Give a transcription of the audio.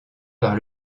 par